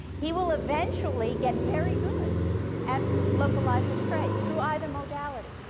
he will eventually get very good at localizing prey through either modality.